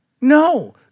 No